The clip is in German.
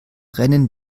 rennen